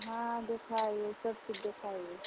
हाँ दिखाइए सब कुछ दिखाइए